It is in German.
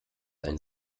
ein